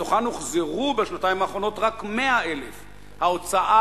מתוכן הוחזרו בשנתיים האחרונות רק 100,000. ההוצאה